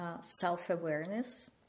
self-awareness